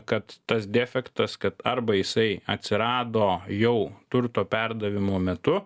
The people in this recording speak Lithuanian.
kad tas defektas kad arba jisai atsirado jau turto perdavimo metu